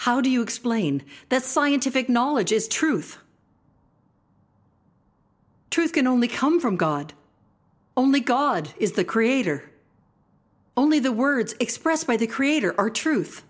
how do you explain that scientific knowledge is truth truth can only come from god only god is the creator only the words expressed by the creator are truth